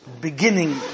beginning